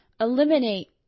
eliminate